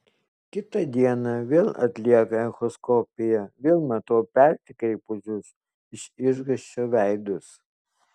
kitą dieną vėl atlieka echoskopiją vėl matau persikreipusius iš išgąsčio veidus